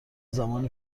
زمانی